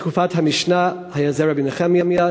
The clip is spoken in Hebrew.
בתקופת המשנה היה זה רבי נחמיה,